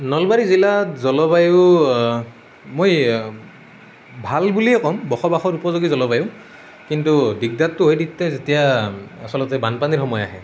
নলবাৰী জিলাত জলবায়ু মই ভাল বুলিয়েই ক'ম বসবাসৰ উপযোগী জলবায়ু কিন্তু দিগদাৰটো হয় তেতিয়া যেতিয়া আচলতে বানপানীৰ সময় আহে